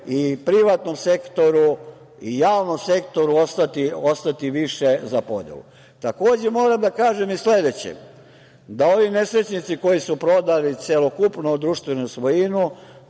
i privatnom sektoru i javnom sektoru ostati više za podelu. Takođe moram da kažem i sledeće – da ovi nesrećnici koji su prodali celokupnu društvenu svojinu,